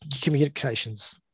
communication's